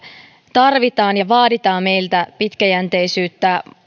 tarvitaan ja vaaditaan meiltä pitkäjänteisyyttä